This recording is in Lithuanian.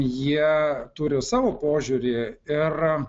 jie turi savo požiūrį ir